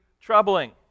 troubling